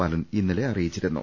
ബാലൻ ഇന്നലെ അറിയിച്ചിരുന്നു